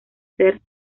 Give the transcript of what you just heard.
ser